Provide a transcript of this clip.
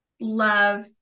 love